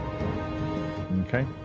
Okay